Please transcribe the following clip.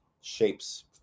shapes